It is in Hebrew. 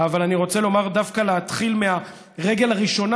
אבל אני רוצה להתחיל דווקא מהרגל הראשונה